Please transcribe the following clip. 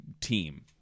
team